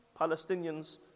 Palestinians